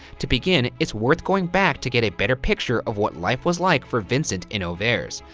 to begin, it's worth going back to get a better picture of what life was like for vincent in auvers.